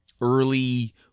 early